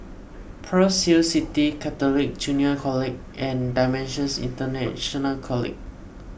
Pearl's Hill City Catholic Junior College and Dimensions International College